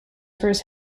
first